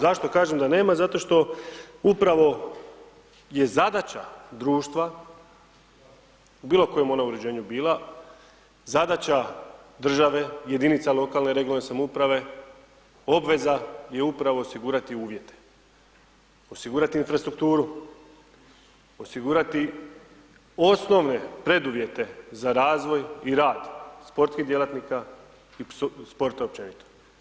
Zašto kažem da nema, zato što, upravo je zadaća društva, u bilo kojem ona uređenju bila, zadaća države jedinice lokalne regionalne uprave obveza je upravo osigurati uvijete, osigurati infrastrukturu, osigurati osnovne preduvjete za razvoj i rad sportskih djelatnika, sporta općenito.